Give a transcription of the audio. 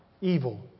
Evil